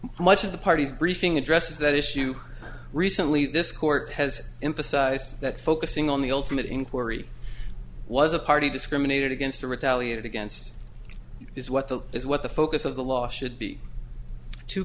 much of the party's briefing addresses that issue recently this court has in the size that focusing on the ultimate inquiry was a party discriminated against to retaliate against this what the is what the focus of the law should be two